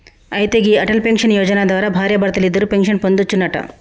అయితే గీ అటల్ పెన్షన్ యోజన ద్వారా భార్యాభర్తలిద్దరూ పెన్షన్ పొందొచ్చునంట